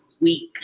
week